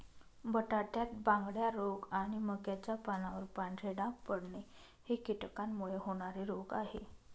बटाट्यात बांगड्या रोग आणि मक्याच्या पानावर पांढरे डाग पडणे हे कीटकांमुळे होणारे रोग आहे